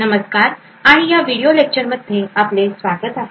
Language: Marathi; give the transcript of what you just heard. नमस्कार आणि या व्हिडीओ लेक्चर मध्ये आपले स्वागत आहे